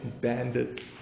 bandits